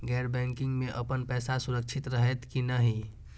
गैर बैकिंग में अपन पैसा सुरक्षित रहैत कि नहिं?